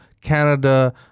Canada